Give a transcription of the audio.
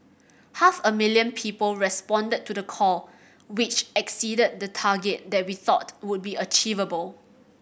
half a million people responded to the call which exceeded the target that we thought would be achievable